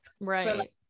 right